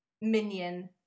minion